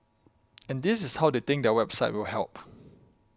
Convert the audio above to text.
and this is how they think their website will help